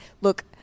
look